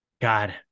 god